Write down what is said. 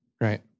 Right